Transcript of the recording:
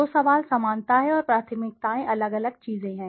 तो सवाल समानता है और प्राथमिकताएं अलग अलग चीजें हैं